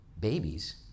babies